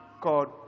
called